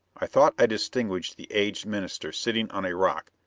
i thought i distinguished the aged minister sitting on a rock,